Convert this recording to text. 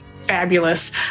fabulous